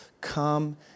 come